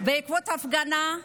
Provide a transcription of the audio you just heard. בעקבות ההפגנה,